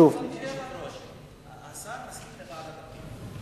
השר מסכים לוועדת הפנים.